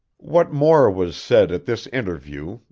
what more was said at this interview,